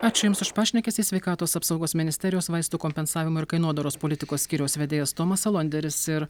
ačiū jums už pašnekesį sveikatos apsaugos ministerijos vaistų kompensavimo ir kainodaros politikos skyriaus vedėjas tomas alonderis ir